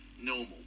normal